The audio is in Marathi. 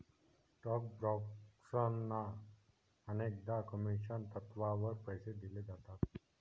स्टॉक ब्रोकर्सना अनेकदा कमिशन तत्त्वावर पैसे दिले जातात